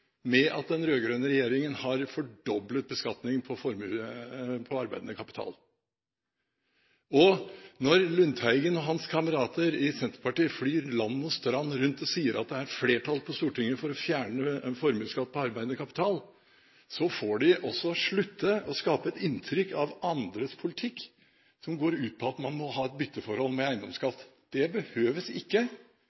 med at den rød-grønne regjeringen har fordoblet beskatningen på arbeidende kapital. Når Lundteigen og hans kamerater i Senterpartiet flyr land og strand rundt og sier at det er flertall på Stortinget for å fjerne formuesskatt på arbeidende kapital, får de slutte med å skape et inntrykk av andres politikk som går ut på at man må ha et bytteforhold med